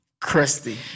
Crusty